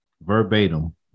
verbatim